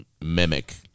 mimic